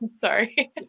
Sorry